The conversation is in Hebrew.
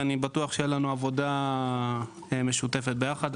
ואני בטוח שתהיה לנו עבודה משותפת יחד.